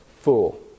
fool